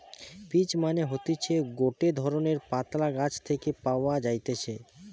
peach মানে হতিছে গটে ধরণের পাতলা গাছ থেকে পাওয়া যাইতেছে